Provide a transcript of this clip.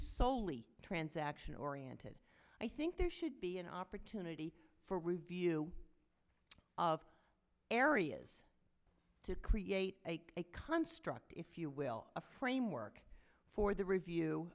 soley transaction oriented i think there should be an opportunity for review of areas to create a construct if you will a framework for the review